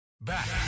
Back